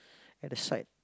at the side